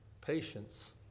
patience